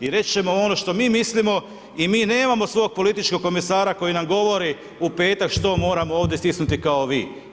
I reći ćemo ono što mi mislimo, i mi nemamo svog političkog komesara koji nam govori u petak što moramo ovdje stisnuti kao vi.